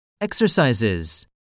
Exercises